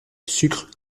sucres